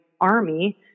army